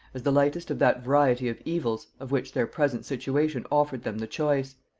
as the lightest of that variety of evils of which their present situation offered them the choice.